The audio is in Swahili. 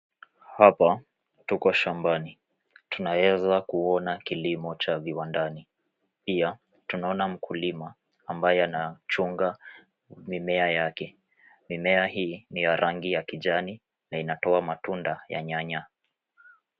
Hapa tuko shambani, tunaweza kuona kilimo cha viwandani. Pia tunaona mkulima, ambaye anachunga mimea yake. Mimea hii ni ya rangi ya kijani na inatoa matunda ya nyanya.